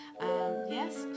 Yes